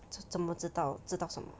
怎么知道知道什么